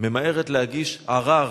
ממהרת להגיש ערר